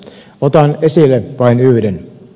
otan esille vain yhden